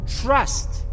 trust